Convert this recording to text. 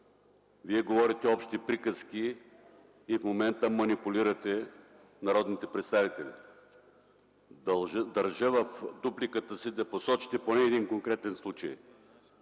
Вие говорите общи приказки и в момента манипулирате народните представители. Държа в дупликата си да посочите поне един конкретен случай.